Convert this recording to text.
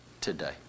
today